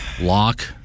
Lock